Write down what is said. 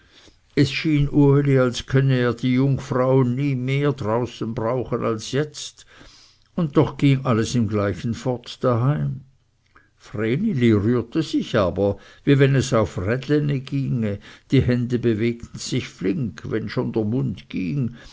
es schien uli als könne er die jungfrauen nie mehr draußen brauchen als jetzt und doch ging alles im gleichen fort daheim vreneli rührte sich aber wie wenn es auf rädlene ginge die hände bewegten sich flink wenn schon der mund ging